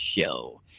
Show